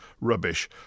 Rubbish